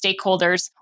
stakeholders